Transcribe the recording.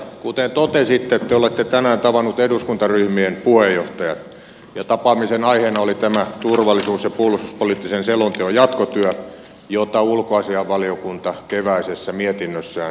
kuten totesitte te olette tänään tavannut eduskuntaryhmien puheenjohtajat ja tapaamisen aiheena oli tämä turvallisuus ja puolustuspoliittisen selonteon jatkotyö jota ulkoasiainvaliokunta keväisessä mietinnössään edellytti